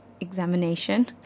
examination